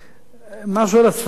משהו על הספרים צריך לומר בכל זאת.